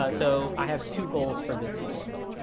ah so i have two goals for this tutorial.